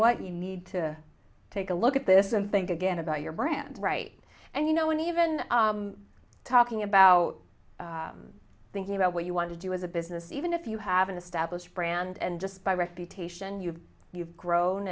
what you need to take a look at this and think again about your brand right and you know when even talking about thinking about what you want to do as a business even if you have an established brand and just by reputation you've you've grown